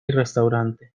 restaurante